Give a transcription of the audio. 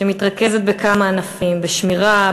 שמתרכזת בכמה ענפים: בשמירה,